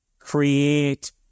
create